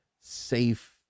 safe